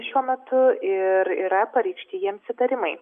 šiuo metu ir yra pareikšti jiems įtarimai